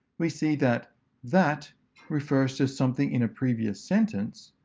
we see that that refers to something in a previous sentence,